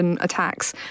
attacks